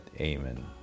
Amen